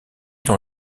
dans